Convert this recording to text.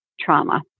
trauma